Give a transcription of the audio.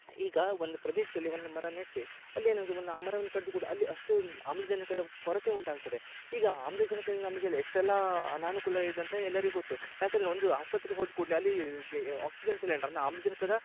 ಈಗ ಒಂದು ಪ್ರದೇಶದಲ್ಲಿ ಒಂದು ಮರ ನೆಟ್ರೆ ಅಲ್ಲಿ ಏನಾಗ್ತದೆ ಒಂದು ಆ ಮರವನ್ನ ಕಡ್ದು ಕೂಡಲೆ ಅಲ್ಲಿ ಅಷ್ಟು ಆಮ್ಲಜನಕದ ಕೊರತೆ ಉಂಟಾಗ್ತದೆ ಈಗ ಆಮ್ಲಜನಕ ಇಂದ ನಮ್ಗೆಲ್ಲ ಎಷ್ಟೆಲ್ಲಾ ಅನಾನುಕೂಲ ಇದೆ ಅಂತ ಎಲ್ಲರಿಗು ಗೊತ್ತು ಯಾಕಂದರೆ ಒಂದು ಆಸ್ಪತ್ರೆಗೆ ಹೋದ ಕೂಡಲೆ ಅಲ್ಲಿಗೆ ಆಕ್ಸಿಜನ್ ಸಿಲಿಂಡ್ರ್ ಅಂದರೆ ಆಮ್ಲಜನಕದ